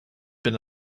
been